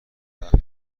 هفت